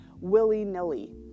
willy-nilly